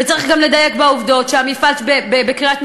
וצריך גם לדייק בעובדות: המפעל בקריית-מלאכי